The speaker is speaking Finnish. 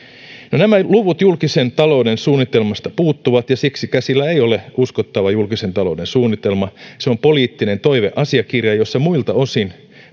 no nämä luvut julkisen talouden suunnitelmasta puuttuvat ja siksi käsillä ei ole uskottava julkisen talouden suunnitelma se on poliittinen toiveasiakirja jossa muilta osin